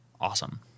Awesome